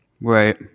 Right